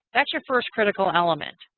that's your first critical element.